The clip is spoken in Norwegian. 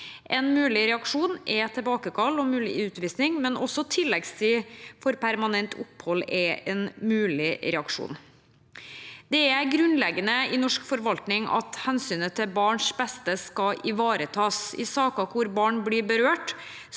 En mulig reaksjon er tilbakekall og mulig utvisning, men også tilleggstid for permanent opphold er en mulig reaksjon. Det er grunnleggende i norsk forvaltning at hensynet til barns beste skal ivaretas. I saker hvor barn blir berørt,